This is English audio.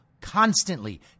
constantly